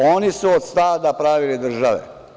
Oni su od stada pravili države.